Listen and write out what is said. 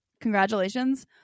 congratulations